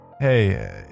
Hey